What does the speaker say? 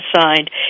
signed